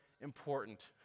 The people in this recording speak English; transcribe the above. important